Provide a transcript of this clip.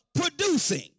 producing